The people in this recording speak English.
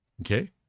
okay